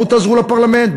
בואו תעזרו לפרלמנט.